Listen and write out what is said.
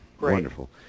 wonderful